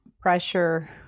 pressure